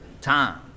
time